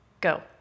Go